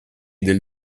del